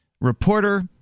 reporter